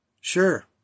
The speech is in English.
Sure